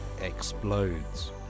explodes